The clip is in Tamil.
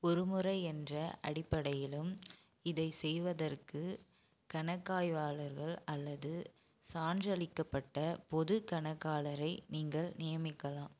ஒரு முறை என்ற அடிப்படையிலும் இதை செய்வதற்கு கணக்காய்வாளர்கள் அல்லது சான்றளிக்கப்பட்ட பொதுக் கணக்காளரை நீங்கள் நியமிக்கலாம்